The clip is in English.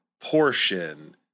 portion